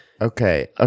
Okay